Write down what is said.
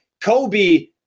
Kobe